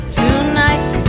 tonight